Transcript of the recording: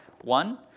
One